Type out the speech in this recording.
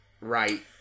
right